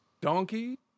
donkey